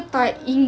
ah